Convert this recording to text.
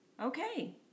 Okay